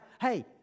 hey